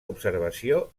observació